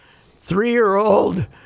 three-year-old